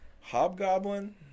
Hobgoblin